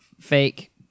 fake